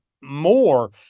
more